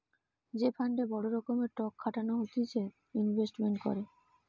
যে ফান্ডে বড় রকমের টক খাটানো হতিছে ইনভেস্টমেন্ট করে